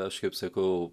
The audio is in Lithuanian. aš kaip sakau